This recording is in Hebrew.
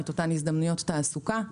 את אותן הזדמנויות תעסוקה,